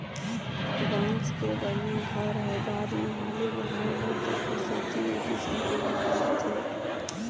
बांस के बने घर हर बाद मे हालू बोहाय नई तेखर सेथी ए किसम के घर बनाथे